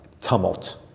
tumult